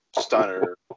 stunner